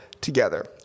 together